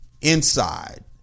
inside